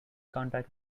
contact